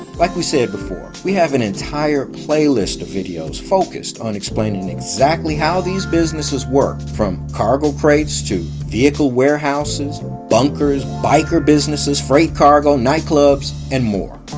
like we said before, we have an entire playlist of videos focused on explaining how these businesses work from cargo crates, to vehicle warehouses, bunkers, biker businesses, freight cargo, nightclubs and more.